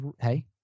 hey